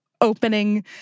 opening